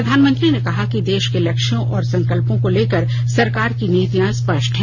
प्रधानमंत्री ने कहा कि देश के लक्ष्यों और संकल्यों को लेकर सरकार की नीतियां स्पष्ट हैं